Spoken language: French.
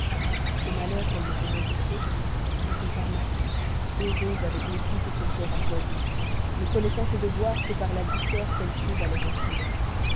aux malheurs qu'elles me font redouter je compare ma fille heureuse avec l'époux que son cœur a choisi ne connaissant ses devoirs que par la douceur qu'elle trouve à les remplir